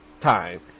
time